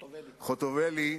חוטובלי,